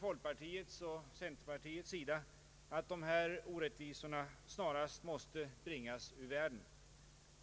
Folkpartiet och centerpartiet menar att dessa orättvisor snarast måste bringas ur världen.